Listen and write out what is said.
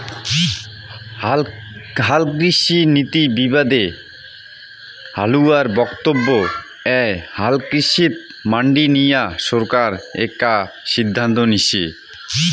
হালকৃষিনীতি বিবাদে হালুয়ার বক্তব্য এ্যাই হালকৃষিত মান্ডি নিয়া সরকার একা সিদ্ধান্ত নিসে